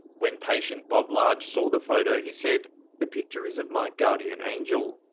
when patient bob large saw the photo he said the picture is of my guardian angel.